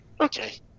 okay